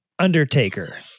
Undertaker